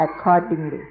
accordingly